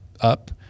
up